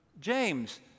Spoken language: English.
James